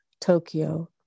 Tokyo